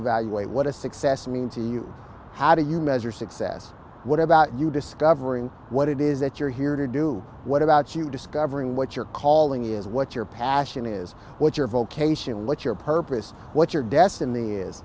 evaluate what does success mean to you how do you measure success what about you discovering what it is that you're here to do what about you discovering what your calling is what your passion is what your vocation what your purpose what your destiny is